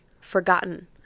forgotten